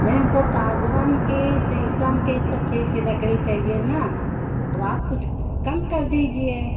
नहीं हमको सागवान की शीशम की सब चीज़ की लकड़ी चाहिए ना अब आप कुछ कम कर दीजिए